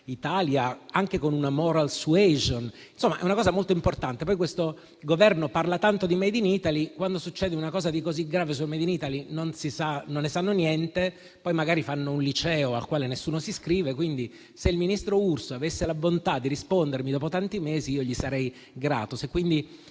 Italia, anche con una *moral suasion*. Insomma, è una cosa molto importante. Questo Governo parla tanto di *made in Italy* e poi, quando succede una cosa così grave sul *made in Italy*, non se ne sa niente (poi magari si fa un liceo al quale nessuno si iscrive). Se il ministro Urso avesse la bontà di rispondermi dopo tanti mesi, gliene sarei grato.